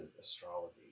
astrology